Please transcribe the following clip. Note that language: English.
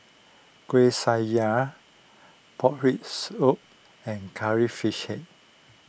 Kueh Syara Pork Rib Soup and Curry Fish Head